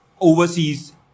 overseas